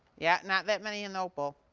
yeah not that many ennoble.